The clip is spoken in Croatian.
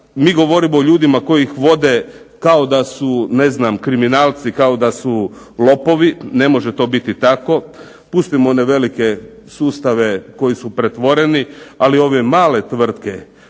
mi govorimo o ljudima koji ih vode kao da su ne znam kriminalci, kao da su lopovi. Ne može to biti tako. Pustimo one velike sustave koji su pretvoreni, ali ove male tvrtke